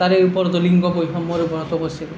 তাৰে ওপৰতো লিংগ বৈষম্যৰ ওপৰতো কৰছি